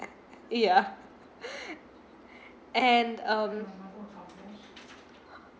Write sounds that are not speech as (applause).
ya (laughs) and um